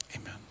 amen